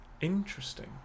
Interesting